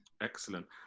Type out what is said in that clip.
Excellent